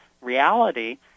reality